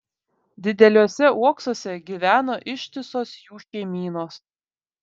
dideliuose uoksuose gyveno ištisos jų šeimynos